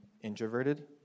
introverted